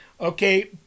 Okay